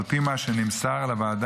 על פי מה שנמסר לוועדה,